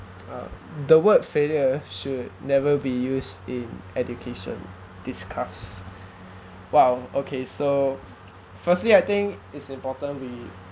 uh the word failure should never be used in education discuss !wow! okay so firstly I think it's important we